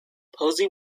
posey